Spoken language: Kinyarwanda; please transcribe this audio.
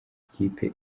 ikipe